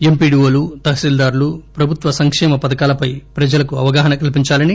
ఎంపీడీవోలు తహసీల్దారులు ప్రభుత్వ సంక్షేమ పథకాలపై ప్రజలకు అవగాహన కల్పించాలని